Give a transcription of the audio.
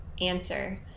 answer